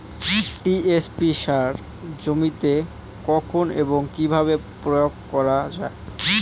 TSP সার জমিতে কখন এবং কিভাবে প্রয়োগ করা য়ায়?